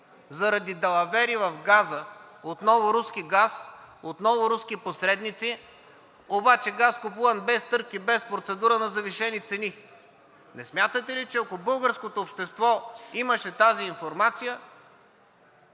заради далавери в газа – отново руски газ, отново руски посредници, обаче газ, купуван без търг и без процедура на завишени цени, не смятате ли, че ако българското общество имаше тази информация,